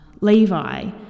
levi